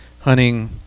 hunting